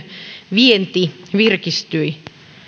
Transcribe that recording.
vienti virkistyi